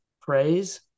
praise